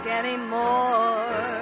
anymore